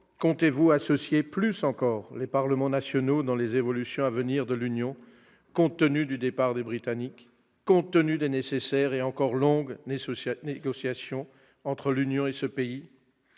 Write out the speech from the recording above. comptez-vous associer plus encore les parlements nationaux dans les évolutions à venir de l'Union européenne, compte tenu du départ des Britanniques, compte tenu des nécessaires et encore longues négociations avec ce pays ?